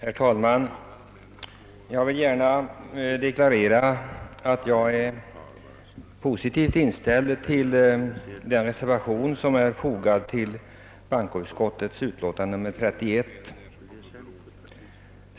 Herr talman! Jag vill gärna deklarera att jag är positivt inställd till den reservation, som fogats till bankoutskottets utlåtande nr 31.